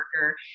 worker